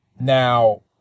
Now